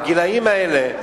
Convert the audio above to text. הגילאים האלה,